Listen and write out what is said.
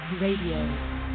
Radio